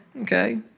Okay